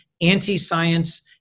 anti-science